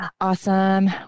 Awesome